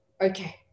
okay